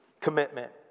commitment